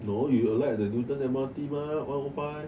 no you alight at the newton M_R_T mah one oh five